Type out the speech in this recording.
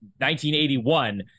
1981